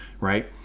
right